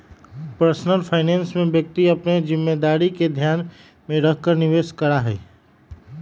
personal finance में व्यक्ति अपन जिम्मेदारी के ध्यान में रखकर निवेश करा हई